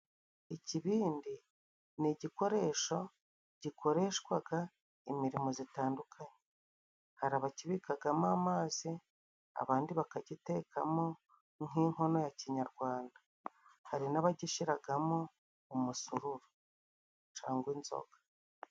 Ikibindi ni igikoresho gikoreshwaga imirimo zitandukanye, hari abakibikagamo amazi, abandi bakagitekamo nk'inkono ya kinyarwanda, hari n'abagishiragamo umusururu cangwa inzoga.